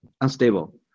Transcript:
unstable